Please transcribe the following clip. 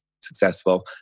successful